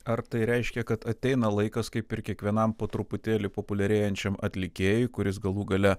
ar tai reiškia kad ateina laikas kaip ir kiekvienam po truputėlį populiarėjančiam atlikėjui kuris galų gale